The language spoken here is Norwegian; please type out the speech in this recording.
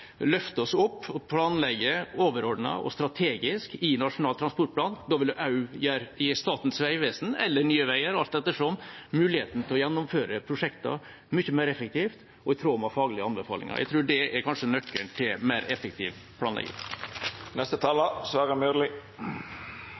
løfte oss opp og planlegge overordnet og strategisk i Nasjonal transportplan. Da vil det også gi Statens vegvesen – eller Nye Veier, alt ettersom – muligheten til å gjennomføre prosjekter mye mer effektivt og i tråd med faglige anbefalinger. Jeg tror det kanskje er nøkkelen til mer effektiv planlegging.